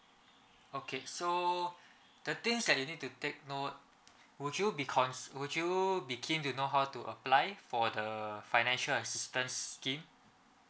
okay so the things that you need to take note would you be cons~ would you be keen to know how to apply for the financial assistance scheme